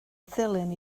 ddulyn